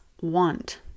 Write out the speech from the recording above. want